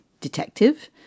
detective